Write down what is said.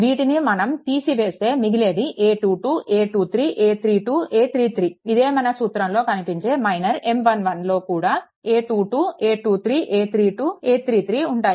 వీటిని మనం తీసివేస్తే మిగిలేది a22 a23 a32 a33 ఇదే మన సూత్రంలో కనిపించే మైనర్ M11 లో కూడా a22 a23 a32 a33 ఉంటాయి